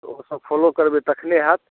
तऽ ओसभ फॉलो करबै तखने हैत